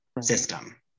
system